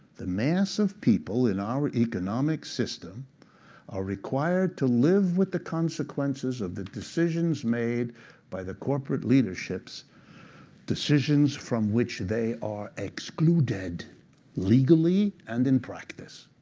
the mass of people in our economic system are required to live with the consequences of the decisions made by the corporate leadership's decisions from which they are excluded legally and in practice,